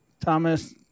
Thomas